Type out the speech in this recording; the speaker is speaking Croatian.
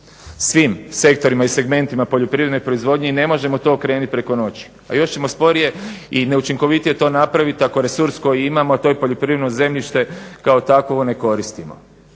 svim sektorima i segmentima poljoprivredne proizvodnje i ne možemo to okrenut preko noći. A još ćemo sporije i neučinkovitije to napraviti ako resurs koji imamo, to je poljoprivredno zemljište kao takovo ne koristimo.